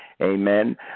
Amen